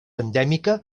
endèmica